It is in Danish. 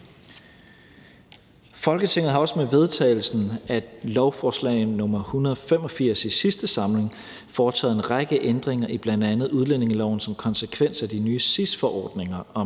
Folketinget har også med vedtagelsen af lovforslag nr. L 185 i sidste samling foretaget en række ændringer i bl.a. udlændingeloven som konsekvens af de nye SIS-forordninger om